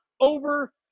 over